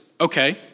okay